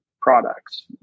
products